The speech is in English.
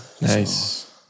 Nice